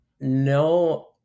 no